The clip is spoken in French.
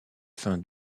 fin